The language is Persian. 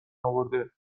اورده